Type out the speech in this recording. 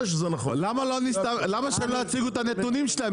למה שהאוצר לא יציגו את הנתונים שלהם,